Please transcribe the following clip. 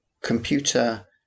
computer